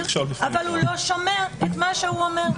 אבל הוא לא שומע את מה שהוא אומר.